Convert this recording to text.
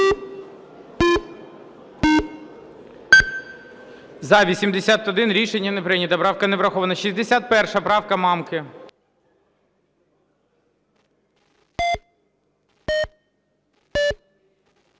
За-81 Рішення не прийнято. Правка не врахована. 61 правка Мамки.